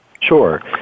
Sure